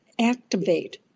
activate